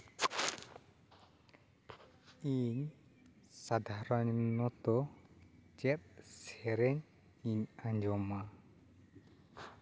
ᱤᱧ ᱥᱟᱫᱷᱟᱨᱚᱱᱚᱛᱚ ᱪᱮᱫ ᱥᱮᱨᱮᱧ ᱤᱧ ᱟᱸᱡᱚᱢᱟ